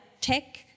tech